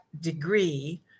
degree